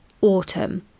autumn